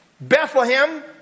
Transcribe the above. Bethlehem